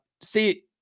see